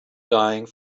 dying